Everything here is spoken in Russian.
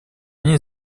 ней